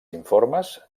informes